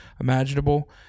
imaginable